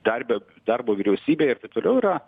dar be darbo vyriausybėje ir taip toliau yra